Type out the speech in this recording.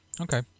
Okay